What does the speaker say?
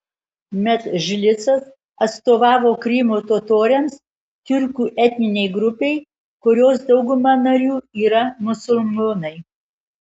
medžlisas atstovavo krymo totoriams tiurkų etninei grupei kurios dauguma narių yra musulmonai